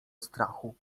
strachu